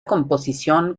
composición